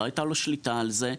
לא הייתה לו שליטה על זה.